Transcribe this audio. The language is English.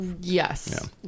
yes